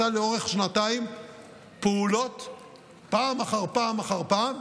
עשה לאורך שנתיים פעולות פעם אחר פעם אחר פעם,